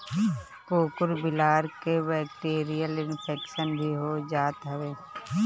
कुकूर बिलार के बैक्टीरियल इन्फेक्शन भी हो जात हवे